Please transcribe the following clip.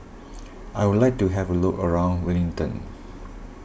I would like to have a look around Wellington